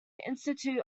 institute